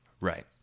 right